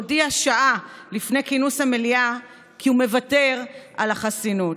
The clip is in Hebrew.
הודיע שעה לפני כינוס המלאה כי הוא מוותר על החסינות.